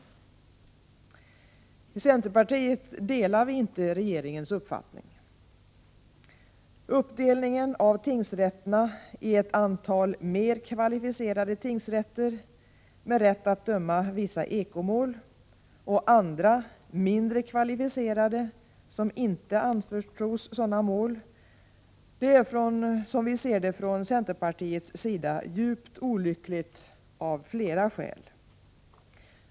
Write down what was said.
I centerpartiet delar vi inte regeringens uppfattning. Uppdelningen av tingsrätterna i ett antal mer kvalificerade tingsrätter med rätt att döma vissa eko-mål och andra mindre kvalificerade som inte anförtros sådana mål, är som vi ser det från centerpartiets sida djupt olyckligt av flera skäl.